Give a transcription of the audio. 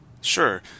Sure